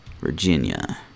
Virginia